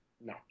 No